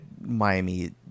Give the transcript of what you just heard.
Miami